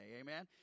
amen